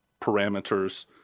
parameters